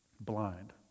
Blind